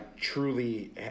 truly